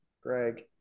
Greg